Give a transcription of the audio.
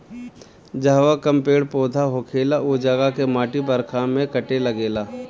जहवा कम पेड़ पौधा होखेला उ जगह के माटी बरखा में कटे लागेला